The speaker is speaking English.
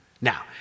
now